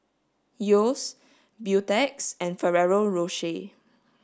Yeo's Beautex and Ferrero Rocher